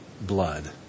blood